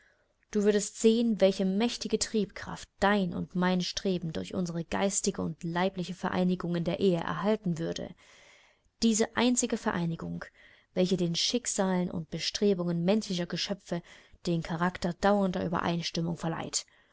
du würdest sehen welche mächtige triebkraft dein und mein streben durch unsere geistige und leibliche vereinigung in der ehe erhalten würde diese einzige vereinigung welche den schicksalen und bestrebungen menschlicher geschöpfe den charakter dauernder übereinstimmung verleiht